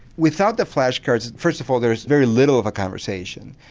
without the flash cards first of all there is very little of a conversation,